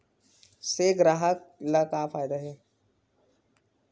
से ग्राहक ला का फ़ायदा हे?